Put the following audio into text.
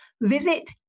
Visit